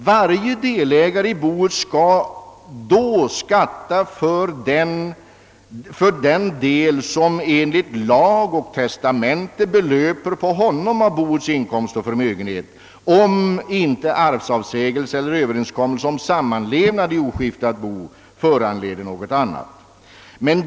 Varje delägare i boet skall då skatta för den del av boets inkomst och förmögenhet som enligt lag och testamente belöper på honom, om inte arvsavsägelse eller överenskommelse om sammanlevnad i oskiftat bo föranleder något annat.